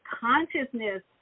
consciousness